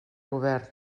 govern